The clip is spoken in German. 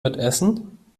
mitessen